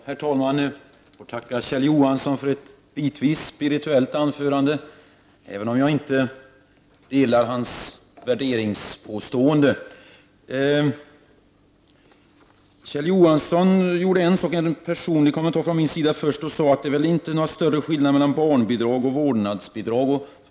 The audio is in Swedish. Herr talman! Jag får tacka Kjell Johansson för ett bitvis spirituellt anförande, även om jag inte delar hans värderingar. Kjell Johansson sade att det inte är någon större skillnad mellan barnbidrag och vårdnadsbidrag.